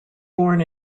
born